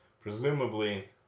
presumably